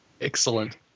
Excellent